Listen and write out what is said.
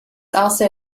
also